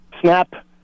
snap